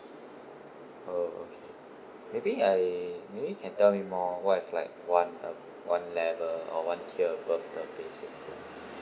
oh okay maybe I maybe you can tell me more what is like one uh one level or one tier above the basic plan